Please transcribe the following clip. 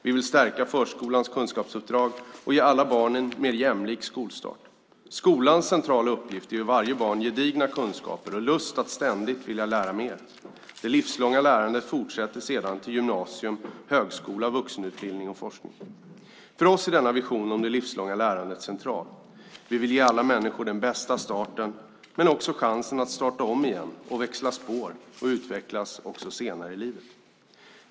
Vi vill stärka förskolans kunskapsuppdrag och ge alla barn en mer jämlik skolstart. Skolans centrala uppgift är att ge varje barn gedigna kunskaper och lust att ständigt vilja lära mer. Det livslånga lärandet fortsätter sedan till gymnasium, högskola, vuxenutbildning och forskning. För oss är denna vision om det livslånga lärandet central. Vi vill ge alla människor den bästa starten men också chansen att starta om igen, växla spår och utvecklas även senare i livet.